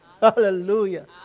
Hallelujah